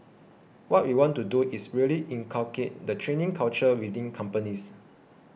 what we want to do is really inculcate the training culture within companies